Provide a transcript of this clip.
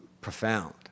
profound